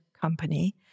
company